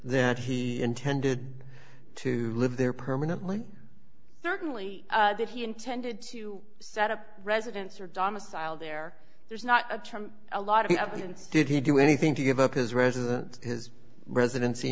that he intended to live there permanently certainly that he intended to set up residence or domicile there there's not a lot of evidence did he do anything to give up his residence his residency